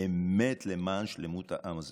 באמת למען שלמות העם הזה.